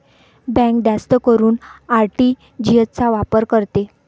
bank जास्त करून RTGS चा वापर करते